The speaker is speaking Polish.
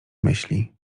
myśli